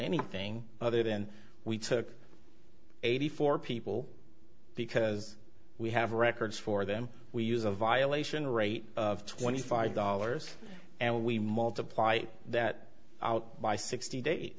anything other than we took eighty four people because we have records for them we use a violation rate of twenty five dollars and we multiply that out by sixty days